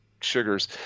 sugars